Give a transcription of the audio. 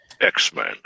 X-Men